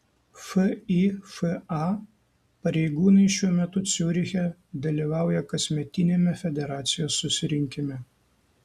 fifa pareigūnai šiuo metu ciuriche dalyvauja kasmetiniame federacijos susirinkime